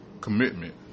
commitment